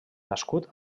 nascut